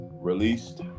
released